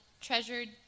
treasured